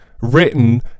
Written